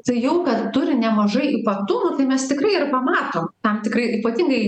tai jau kad turi nemažai ypatumų tai mes tikrai ir pamatom tam tikrai ypatingai